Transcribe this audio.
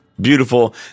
beautiful